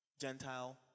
Gentile